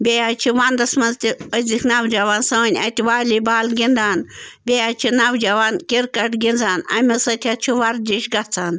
بیٚیہِ حظ چھِ وَنٛدَس منٛز تہِ أزِکۍ نَوجَوان سٲنۍ اَتہِ والی بال گِنٛدان بیٚیہِ حظ چھِ نَوجَوان کِرکَٹ گِنٛدان امہِ سۭتۍ حظ چھِ وَرزش گژھان